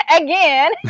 again